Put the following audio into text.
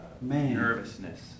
nervousness